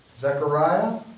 Zechariah